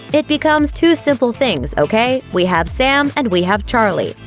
it becomes two simple things, okay? we have sam and we have charlie.